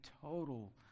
total